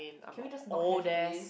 can we just not have this